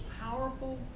powerful